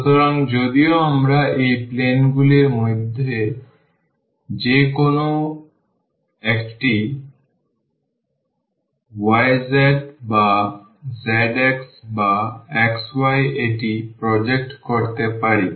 সুতরাং যদিও আমরা এই plane গুলির মধ্যে যে কোনও একটিতে yz বা zx বা xy এটি প্রজেক্ট করতে পারি